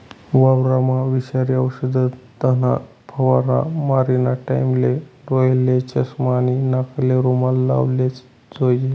वावरमा विषारी औषधना फवारा मारानी टाईमले डोयाले चष्मा आणि नाकले रुमाल लावलेच जोईजे